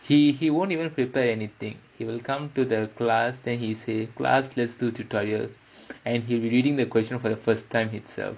he he won't even prepare anything he will come to the class then he say class let's do tutorial and he reading the question for the first time itself